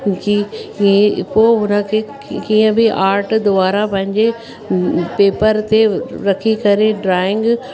जी इहे पोइ हुनखे कीअं बि आर्ट द्वारा पंहिंजे पेपर ते रखी करे ड्रॉइंग